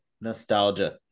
nostalgia